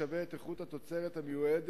ישווה את איכות התוצרת המיועדת